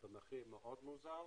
במחיר מאד מוזל.